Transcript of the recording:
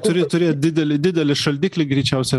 turi turėt didelį didelį šaldiklį greičiausia